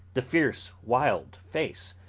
the fierce wild face,